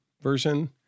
version